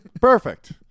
Perfect